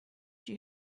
she